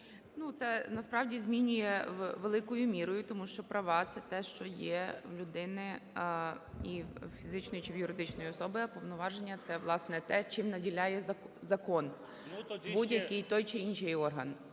Це, насправді, змінює, великою мірою. Тому що права – це те, що є в людини і в фізичної чи юридичної особи, а повноваження – це, власне, те, чим наділяє закон будь-який той чи інший орган.